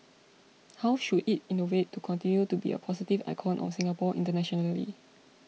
how should it innovate to continue to be a positive icon of Singapore internationally